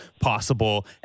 possible